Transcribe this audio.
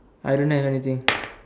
I don't have anything